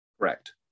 Correct